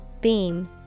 Beam